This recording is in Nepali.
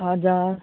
हजुर